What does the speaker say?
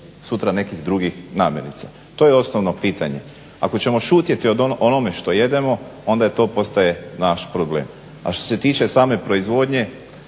sutra nekih drugih namirnica. To je osnovno pitanje. Ako ćemo šutjeti o onome što jedemo onda to postaje naš problem. A što se tiče same proizvodnje